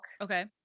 Okay